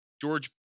george